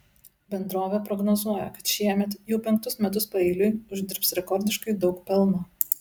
bendrovė prognozuoja kad šiemet jau penktus metus paeiliui uždirbs rekordiškai daug pelno